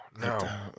No